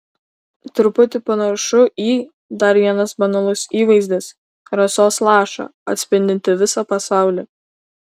truputį panašu į dar vienas banalus įvaizdis rasos lašą atspindintį visą pasaulį